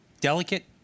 delicate